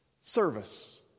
service